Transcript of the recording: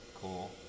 cool